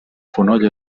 fonoll